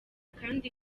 kandi